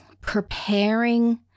preparing